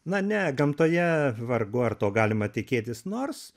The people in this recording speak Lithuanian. na ne gamtoje vargu ar to galima tikėtis nors